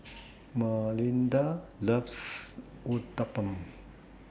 Malinda loves Uthapam